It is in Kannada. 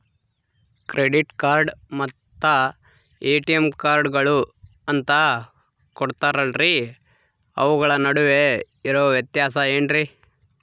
ಕ್ರೆಡಿಟ್ ಕಾರ್ಡ್ ಮತ್ತ ಎ.ಟಿ.ಎಂ ಕಾರ್ಡುಗಳು ಅಂತಾ ಕೊಡುತ್ತಾರಲ್ರಿ ಅವುಗಳ ನಡುವೆ ಇರೋ ವ್ಯತ್ಯಾಸ ಏನ್ರಿ?